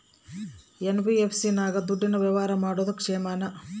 NBFC ನಾಗ ದುಡ್ಡಿನ ವ್ಯವಹಾರ ಮಾಡೋದು ಕ್ಷೇಮಾನ?